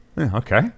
Okay